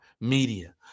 media